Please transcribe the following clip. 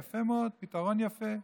יפה מאוד, פתרון יפה.